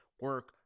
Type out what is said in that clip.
Work